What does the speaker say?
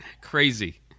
crazy